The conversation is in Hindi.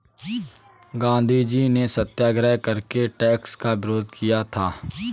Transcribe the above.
गांधीजी ने सत्याग्रह करके टैक्स का विरोध किया था